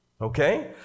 Okay